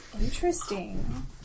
Interesting